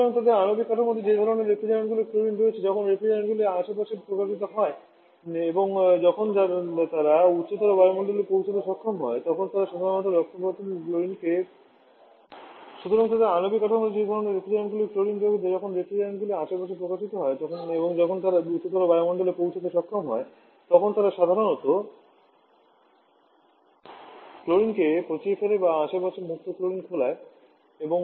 সুতরাং তাদের আণবিক কাঠামোতে যে ধরণের রেফ্রিজারেন্টগুলি ক্লোরিন রয়েছে যখন রেফ্রিজারেন্টগুলি আশপাশে প্রকাশিত হয় এবং যখন তারা উচ্চতর বায়ুমণ্ডলে পৌঁছতে সক্ষম হয় তখন তারা সাধারণত ক্লোরিনকে পচে ফেলে বা আশেপাশে মুক্ত ক্লোরিন খোলায়